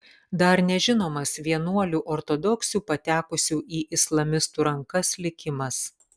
dar nežinomas vienuolių ortodoksių patekusių į islamistų rankas likimas